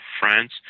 France